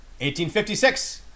1856